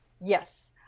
Yes